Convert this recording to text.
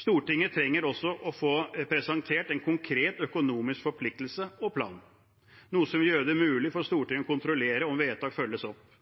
Stortinget trenger også å få presentert en konkret økonomisk forpliktelse og plan, noe som vil gjøre det mulig for Stortinget å kontrollere om vedtak følges opp.